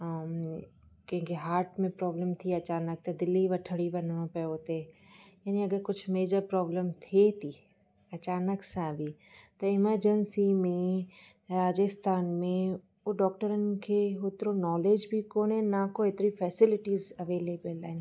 ऐं कंहिंखे हार्ट में प्रॉब्लम थी अचानक त दिल्ली वठणी वञिणो पियो हुते हीअं अगरि कुझु मेजर प्रॉब्लम थिए थी अचानक सां बि त एमरजेंसी में राजस्थान में उहे डॉक्टरनि खे होतिरो नॉलेज बि कोन्हे न को हेतिरी फैसिलिटीस अवेलेबल आहिनि